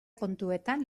kontuetan